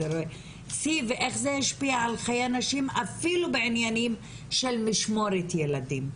ואיך זה השפיע על חיי נשים אפילו בעניינים של משמורת ילדים,